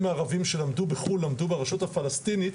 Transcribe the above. הערבים שלמדו בחו"ל למדו ברשות הפלסטינית,